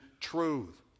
truth